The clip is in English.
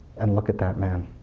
and look at that man.